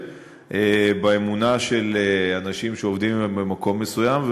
באמונה של אנשים שעובדים במקום מסוים,